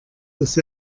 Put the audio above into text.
dass